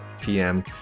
pm